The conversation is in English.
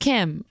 Kim